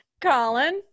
Colin